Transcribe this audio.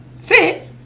fit